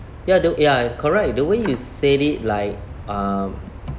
ya the ya correct the way you said it like um